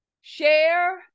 share